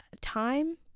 time